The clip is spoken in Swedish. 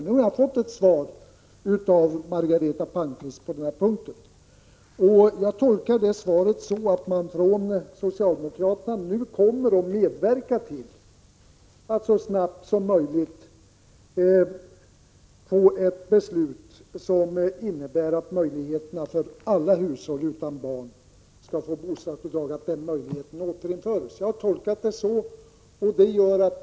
Nu har jag fått ett svar av Margareta Palmqvist på den punkten, och jag tolkar svaret så att socialdemokraterna kommer att medverka till att det så snabbt som möjligt fattas ett beslut som innebär att möjligheten för alla hushåll utan barn att få bostadsbidrag återinförs.